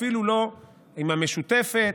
אפילו לא עם המשותפת.